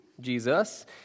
Jesus